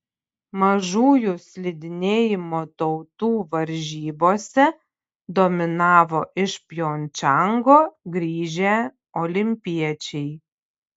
mažųjų slidinėjimo tautų varžybose dominavo iš pjongčango grįžę olimpiečiai